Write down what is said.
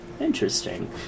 Interesting